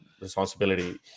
responsibility